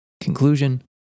Conclusion